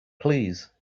please